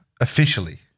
Officially